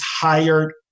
hired